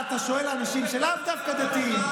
אתה שואל על אנשים שהם לאו דווקא דתיים.